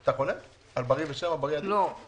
אתה חולק על ברי ושמא ברי עדיף?